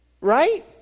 right